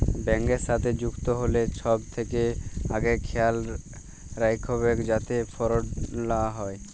ব্যাংকের সাথে যুক্ত হ্যলে ছব থ্যাকে আগে খেয়াল রাইখবেক যাতে ফরড লা হ্যয়